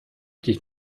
dich